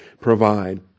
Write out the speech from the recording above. provide